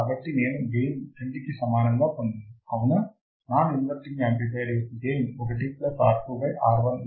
కాబట్టి నేను గెయిన్ 2 కి సమానంగా పొందాను అవునా నాన్ ఇన్వర్టింగ్ యాంప్లిఫైయర్ యొక్క గెయిన్ 1 R2 R1 విలువ 2 గా ఇవ్వబడింది